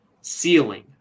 ceiling